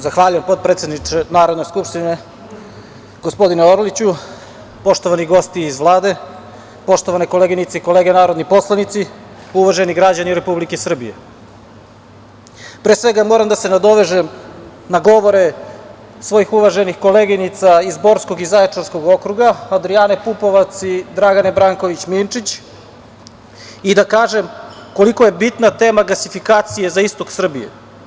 Zahvaljujem potpredsedniče Narodne Skupštine, gospodine Orliću, poštovani gosti, poštovane koleginice i kolege narodni poslanici, uvaženi građani Republike Srbije, pre svega moram da se nadovežem na govore svojih uvaženih koleginica iz Borskog i Zaječarskog okruga, Adrijane Pupovac i Dragane Branković Minčić, i da kažem koliko je bitna tema gasifikacija za Istok Srbije.